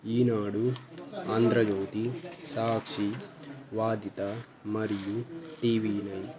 ఈనాడు ఆంధ్రజ్యోతి సాక్షి వాదిత మరియు TV nine